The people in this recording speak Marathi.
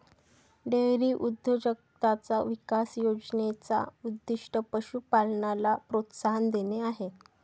डेअरी उद्योजकताचा विकास योजने चा उद्दीष्ट पशु पालनाला प्रोत्साहन देणे आहे